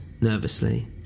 nervously